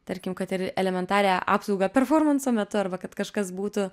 tarkim kad ir elementarią apsaugą performanso metu arba kad kažkas būtų